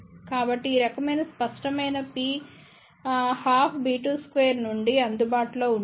కాబట్టి ఈ రకమైన స్పష్టమైన P 12b22నుండి అందుబాటులోఉంటుంది